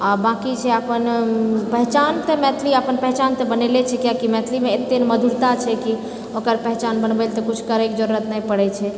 आ बांँकि छै अपन पहचान तऽ मैथिली अपन पहचान तऽ बनेले छै किआकि मैथिलीमे एते मधुरता छै कि ओकरा पहचान बनबै लऽ तऽ किछु करै कऽ जरुरत नहि पड़ै छै